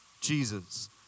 Jesus